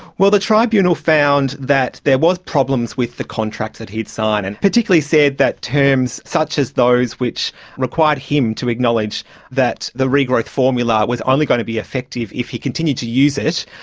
well, the tribunal found that there was problems with the contract that he had signed, and particularly said that terms such as those which required him to acknowledge that the regrowth formula was only going to be effective if he continued to use it.